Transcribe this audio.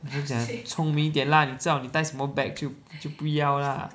我都讲了聪明一点 lah 你知道你带什么 bag 就就不要啦